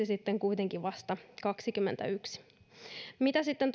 sitten kuitenkin vasta kaksikymmentäyksi mitä sitten